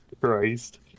Christ